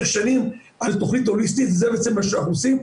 שנים על תכנית הוליסטית וזה מה שאנחנו עושים,